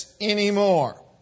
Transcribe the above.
anymore